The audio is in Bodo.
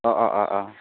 अ अ अ अ